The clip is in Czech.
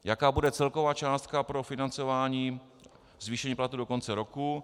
Jaká bude celková částka pro financování zvýšení platů do konce roku?